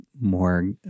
more